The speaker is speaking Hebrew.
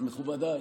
מכובדיי,